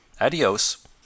Adios